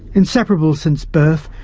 inseparable since birth,